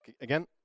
Again